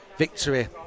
victory